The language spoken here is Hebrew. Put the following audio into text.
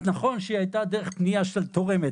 אז נכון שזה היה דרך פנייה של תורמת.